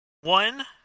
One